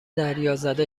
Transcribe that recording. دریازده